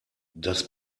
das